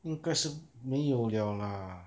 应该是没有 liao lah